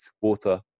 water